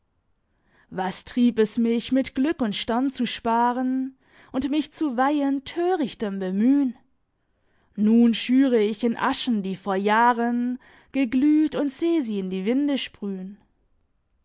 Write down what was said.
was trieb es mich mit glück und stern zu sparen und mich zu weihen törichtem bemühen nun schüre ich in aschen die vor jahren geglüht und seh sie in die winde sprühen